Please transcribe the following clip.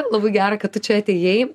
labai gera kad tu čia atėjai